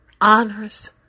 honors